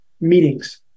meetings